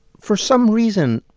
for some reason,